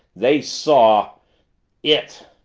they saw it!